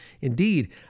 Indeed